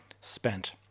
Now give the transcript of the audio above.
spent